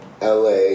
LA